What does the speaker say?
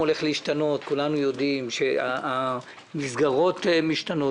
כולנו יודעים שהעולם הולך להשתנות ושהמסגרות משתנות,